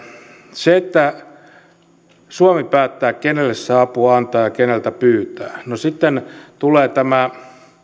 se että suomi päättää kenelle se apua antaa ja keneltä pyytää no sitten tulee tämä